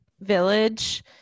village